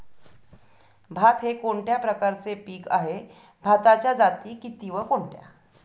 भात हे कोणत्या प्रकारचे पीक आहे? भाताच्या जाती किती व कोणत्या?